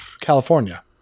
California